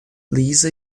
lisa